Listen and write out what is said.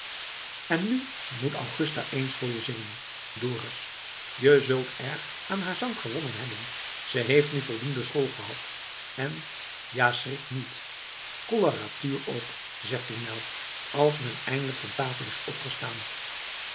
en nu moet augusta eens voor je zingen dorus je zult erg aan haar zang gewonnen hebben ze heeft nu voldoende school en ja schrik niet coloratuur ook zegt tournel als men eindelijk van tafel is opgestaan